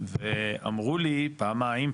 ואמרו לי פעמיים,